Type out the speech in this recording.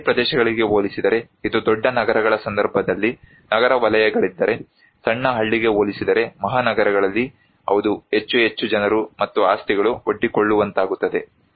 ಹಳ್ಳಿ ಪ್ರದೇಶಗಳಿಗೆ ಹೋಲಿಸಿದರೆ ಇದು ದೊಡ್ಡ ನಗರಗಳ ಸಂದರ್ಭದಲ್ಲಿ ನಗರ ವಲಯಗಳಲ್ಲಿದ್ದರೆ ಸಣ್ಣ ಹಳ್ಳಿಗೆ ಹೋಲಿಸಿದರೆ ಮಹಾನಗರಗಳಲ್ಲಿ ಹೌದು ಹೆಚ್ಚು ಹೆಚ್ಚು ಜನರು ಮತ್ತು ಆಸ್ತಿಗಳು ಒಡ್ಡಿಕೊಳ್ಳುವಂತಾಗುತ್ತದೆ